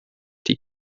die